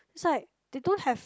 is like they don't have